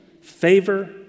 favor